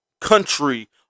country